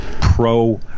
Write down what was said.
pro